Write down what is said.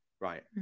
Right